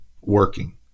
working